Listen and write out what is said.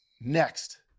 Next